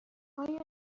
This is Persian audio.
آیا